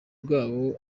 bwabo